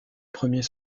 premier